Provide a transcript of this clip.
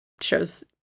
shows